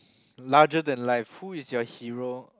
larger than life who is your hero